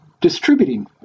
distributing